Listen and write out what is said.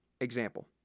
Example